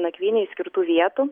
nakvynei skirtų vietų